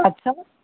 अच्छा